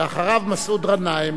אחריו, מסעוד גנאים.